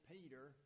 Peter